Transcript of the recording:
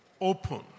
open